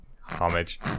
homage